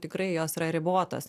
tikrai jos yra ribotos